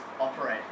operate